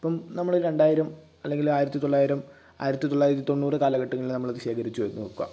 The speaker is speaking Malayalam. ഇപ്പം നമ്മള് രണ്ടായിരം അല്ലങ്കില് ആയിരത്തി തൊള്ളായിരം ആയിരത്തി തൊള്ളായിരത്തി തൊണ്ണൂറ് കാലഘട്ടങ്ങളില് നമ്മളിത് ശേഖരിച്ചു എന്ന് വെക്കുക